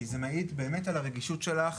כי זה מעיד באמת על הרגישות שלך